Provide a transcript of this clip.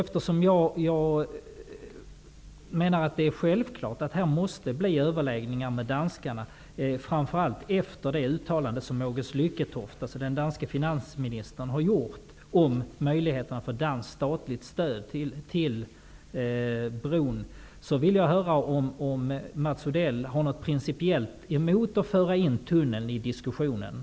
Jag menar att det är självklart att det måste bli fråga om överläggningar med danskarna, framför allt med tanke på det uttalande som Mogens Lykketoft, den danske finansministern, har gjort om möjligheterna till danskt statligt stöd till bron. Har Mats Odell principiellt något emot att föra in tunnelförslaget i de diskussionerna?